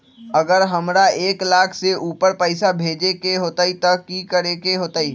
अगर हमरा एक लाख से ऊपर पैसा भेजे के होतई त की करेके होतय?